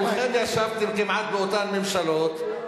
כולכם ישבתם כמעט באותן ממשלות,